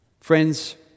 Friends